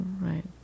right